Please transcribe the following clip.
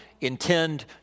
intend